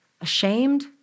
ashamed